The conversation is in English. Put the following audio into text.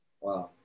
Wow